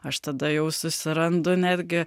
aš tada jau susirandu netgi